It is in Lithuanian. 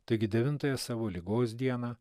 taigi devintąją savo ligos dieną